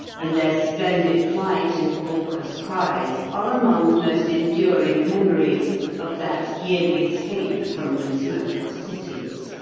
and their splendid flight and raucous cries are among the most enduring memories of that yearly escape from the smoke of cities.